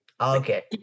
Okay